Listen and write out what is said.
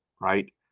right